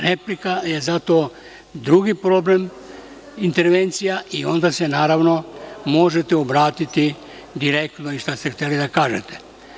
Replika je zato drugi problem, intervencija, i onda se, naravno, možete obratiti direktno i reći šta ste hteli da kažete.